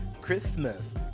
christmas